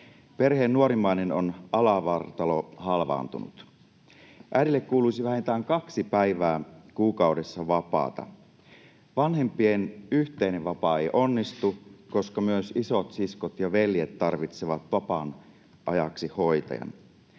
Perheen nuorimmainen on alavartalohalvaantunut. Äidille kuuluisi vähintään kaksi päivää kuukaudessa vapaata. Vanhempien yhteinen vapaa ei onnistu, koska myös isotsiskot ja ‑veljet tarvitsevat vapaan ajaksi hoitajan.